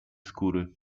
skóry